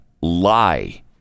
lie